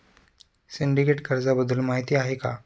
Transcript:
Syndicate कर्जाबद्दल माहिती आहे का?